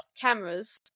cameras